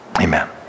Amen